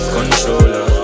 Controller